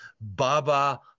Baba